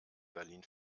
berlin